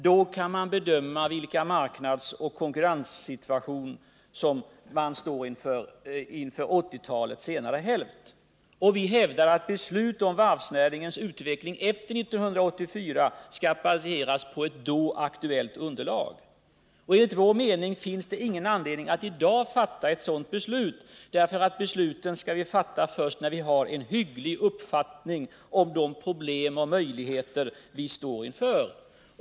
Då kan man bedöma vilken marknadsoch konkurrenssituation som man står inför under 1980-talets senare hälft. Vi hävdar att beslut om varvsnäringens utveckling efter 1984 skall baseras på ett då aktuellt underlag. Enligt vår mening finns ingen anledning att i dag fatta ett sådant beslut. Besluten skall vi fatta först när vi har en hygglig uppfattning om de problem och möjligheter vi står inför.